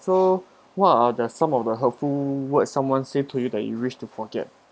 so what are the some of the hurtful words someone say to you that you wish to forget